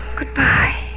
Goodbye